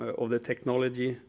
all the technology,